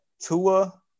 Tua